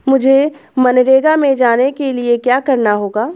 मुझे मनरेगा में जाने के लिए क्या करना होगा?